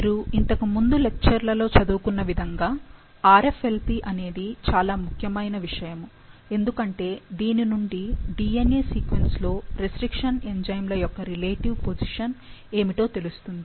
మీరు ఇంతకు ముందు లెక్చర్ లలో చదువుకున్న విధంగా RFLP అనేది చాలా ముఖ్యమైన విషయము ఎందుకంటే దీని నుండి DNA సీక్వెన్స్ లో రెస్ట్రిక్షన్ ఎంజైమ్ లయొక్క రిలేటివ్ పొజిషన్ ఏమిటో తెలుస్తుంది